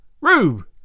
Rube